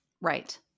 Right